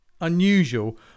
unusual